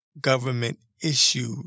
government-issued